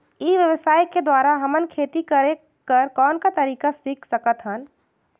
ई व्यवसाय के द्वारा हमन खेती करे कर कौन का तरीका सीख सकत हन?